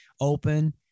open